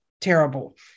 terrible